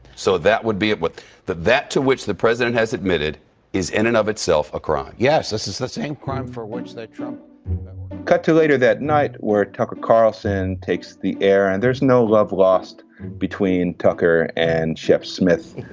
so that would be it with that that to which the president has admitted is in and of itself a crime yes this is the same crime for which that trump cut to later that night where tucker carlson takes the air and there's no love lost between tucker and chips smith.